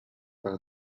par